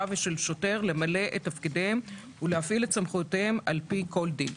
ושל שוטר למלא את תפקידיהם ולהפעיל את סמכויותיהם על פי כל דין.